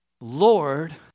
Lord